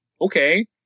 okay